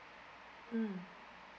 mm